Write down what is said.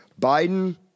Biden